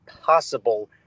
possible